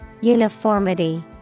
Uniformity